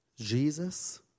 Jesus